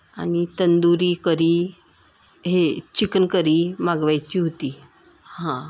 आणि तंदुरी करी हे chicken curry मागवायची होती हां